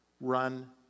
Run